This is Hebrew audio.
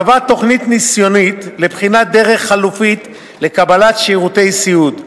קבע תוכנית ניסיונית לבחינת דרך חלופית לקבלת שירותי סיעוד,